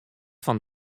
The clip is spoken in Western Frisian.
fan